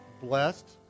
blessed